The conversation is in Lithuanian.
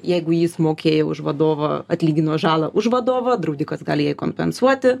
jeigu jis mokėjo už vadovą atlygino žalą už vadovą draudikas gali jai kompensuoti